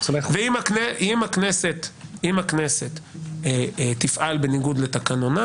אם הכנסת תפעל בניגוד לתקנונה,